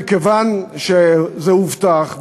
מכיוון שזה הובטח,